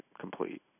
complete